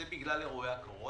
זה בגלל אירועי הקורונה?